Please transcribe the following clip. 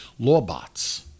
Lawbots